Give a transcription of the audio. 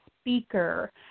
speaker